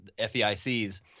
FEICs